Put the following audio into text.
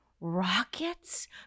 Rockets